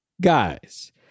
guys